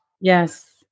Yes